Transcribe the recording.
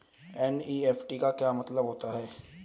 NEFT का मतलब क्या होता है?